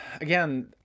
again